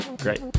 great